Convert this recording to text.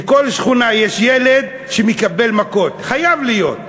בכל שכונה יש ילד שמקבל מכות, חייב להיות.